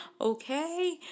Okay